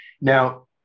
Now